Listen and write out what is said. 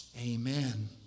Amen